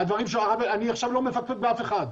אני עכשיו לא מפקפק באף אחד.